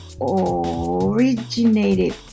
originated